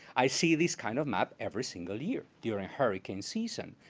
i see this kind of map every single year, during hurricane season.